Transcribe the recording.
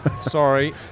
Sorry